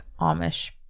Amish